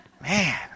Man